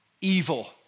evil